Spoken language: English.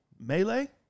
Melee